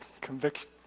conviction